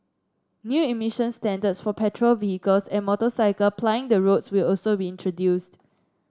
new emission standards for petrol vehicles and motorcycle plying the roads will also be introduced